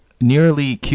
Nearly